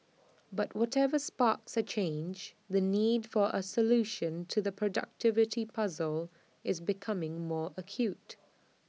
but whatever sparks A change the need for A solution to the productivity puzzle is becoming more acute